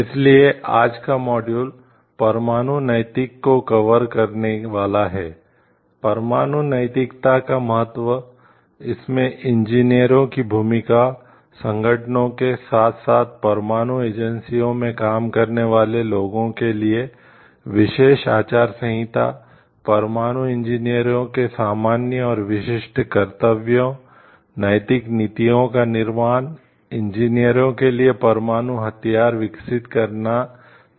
इसलिए आज का मॉड्यूल के लिए परमाणु हथियार विकसित करना नैतिक है